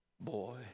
boy